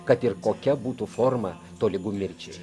kad ir kokia būtų forma tolygu mirčiai